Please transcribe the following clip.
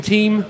Team